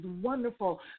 wonderful